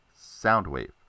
Soundwave